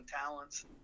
talents